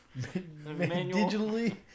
Digitally